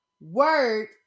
Word